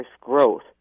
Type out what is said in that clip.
growth